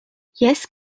jes